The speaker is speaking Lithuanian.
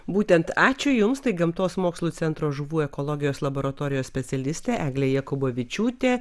būtent ačiū jums tai gamtos mokslų centro žuvų ekologijos laboratorijos specialistė eglė jakubavičiūtė